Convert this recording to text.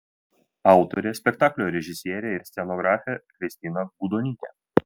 autorė spektaklio režisierė ir scenografė kristina gudonytė